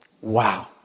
Wow